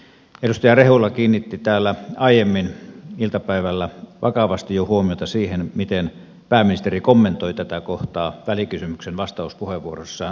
edustaja rehula kiinnitti täällä aiemmin iltapäivällä vakavasti jo huomiota siihen miten pääministeri kommentoi tätä kohtaa välikysymyksen vastauspuheenvuorossaan